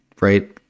right